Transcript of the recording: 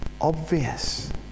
obvious